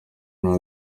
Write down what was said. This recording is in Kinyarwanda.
nta